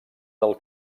del